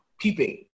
peeping